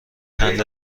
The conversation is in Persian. چند